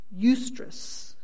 eustress